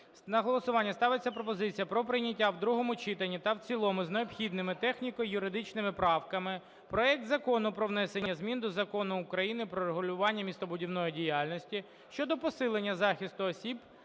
На голосування ставиться пропозиція про прийняття в другому читанні та в цілому з необхідними техніко-юридичними правками проект Закону про внесення змін до Закону України "Про регулювання містобудівної діяльності" (щодо посилення захисту осіб